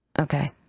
Okay